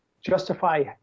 Justify